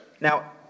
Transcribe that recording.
Now